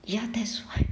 ya that's why